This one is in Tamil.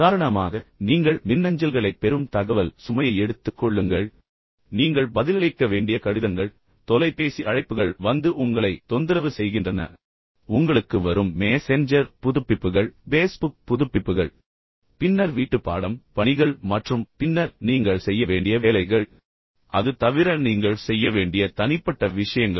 உதாரணமாக நீங்கள் மின்னஞ்சல்களைப் பெறும் தகவல் சுமையை எடுத்துக் கொள்ளுங்கள் நீங்கள் பதிலளிக்க வேண்டிய கடிதங்கள் தொலைபேசி அழைப்புகள் வந்து உங்களை தொந்தரவு செய்கின்றன உங்களுக்கு வரும் மேசென்ஜெர் புதுப்பிப்புகள் உங்களிடம் வரும் பேஸ்புக் புதுப்பிப்புகள் பின்னர் நீங்கள் எத்தனை விஷயங்களுக்கு பதிலளிப்பீர்கள் பின்னர் வீட்டுப்பாடம் பணிகள் மற்றும் பின்னர் நீங்கள் செய்ய வேண்டிய வேலைகள் அது தவிர நீங்கள் செய்ய வேண்டிய தனிப்பட்ட விஷயங்கள்